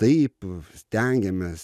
taip stengiamės